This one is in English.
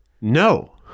No